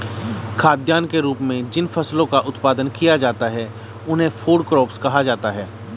खाद्यान्न के रूप में जिन फसलों का उत्पादन किया जाता है उन्हें फूड क्रॉप्स कहा जाता है